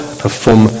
perform